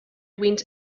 went